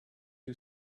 who